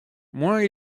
moins